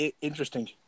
interesting